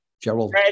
Gerald